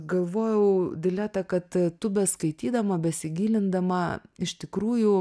galvojau dileta kad tu beskaitydama besigilindama iš tikrųjų